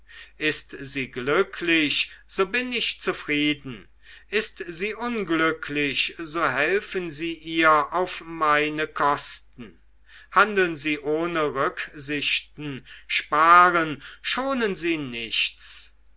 ist sie glücklich so bin ich zufrieden ist sie unglücklich so helfen sie ihr auf meine kosten handeln sie ohne rücksichten sparen schonen sie nichts